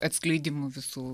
atskleidimų visų